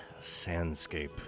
Sandscape